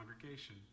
congregation